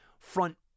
Front